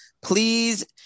please